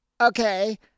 Okay